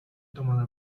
tomada